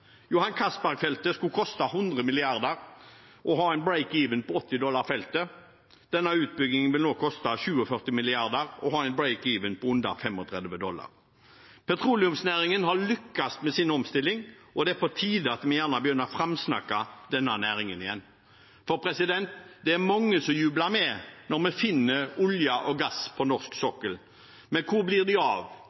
Johan Castberg-feltet skulle koste 100 mrd. kr og ha en break-even på 80 dollar fatet. Denne utbyggingen vil nå koste 47 mrd. kr og ha en break-even på under 35 dollar fatet. Petroleumsnæringen har lyktes med sin omstilling, og det er på tide at vi begynner å framsnakke denne næringen igjen. Det er mange som jubler med når vi finner olje og gass på norsk sokkel, men hvor blir de samme folkene av